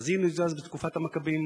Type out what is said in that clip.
חזינו את זה אז, בתקופת המכבים,